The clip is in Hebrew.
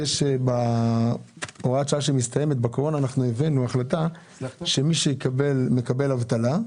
בהוראת השעה שמסתיימת הבאנו החלטה שמי שמקבלת אבטלה,